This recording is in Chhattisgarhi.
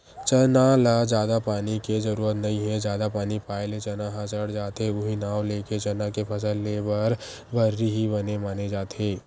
चना ल जादा पानी के जरुरत नइ हे जादा पानी पाए ले चना ह सड़ जाथे उहीं नांव लेके चना के फसल लेए बर भर्री ही बने माने जाथे